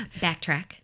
backtrack